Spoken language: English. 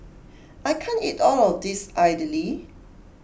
I can't eat all of this idly